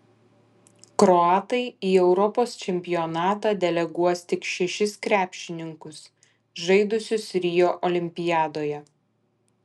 kroatai į europos čempionatą deleguos tik šešis krepšininkus žaidusius rio olimpiadoje